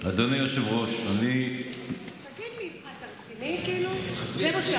אדוני היושב-ראש, אני, תגיד לי, אתה רציני?